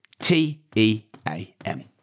T-E-A-M